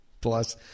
Plus